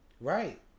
right